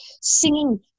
singing